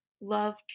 love